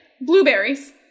Blueberries